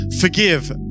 forgive